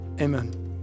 Amen